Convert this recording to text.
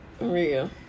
Real